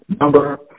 Number